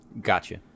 Gotcha